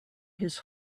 his